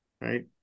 Right